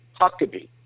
Huckabee